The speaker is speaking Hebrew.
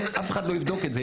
אף אחד לא יבדוק את זה.